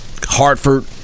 Hartford